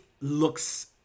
looks